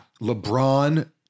lebron